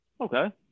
Okay